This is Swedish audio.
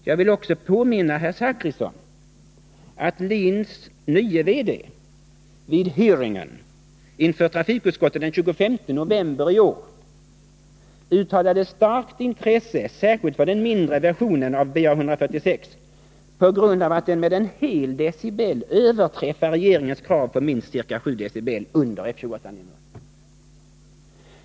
Jag vill också påminna herr Zachrisson om att LIN:s nye VD vid hearingen inför trafikutskottet den 25 november i år uttalade starkt intresse särskilt för den mindre versionen av BAe 146 på grund av att den med en hel dB överträffar regeringens krav på minst 7 dB under F-28-nivån.